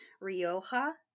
Rioja